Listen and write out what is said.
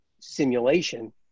simulation